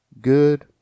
Good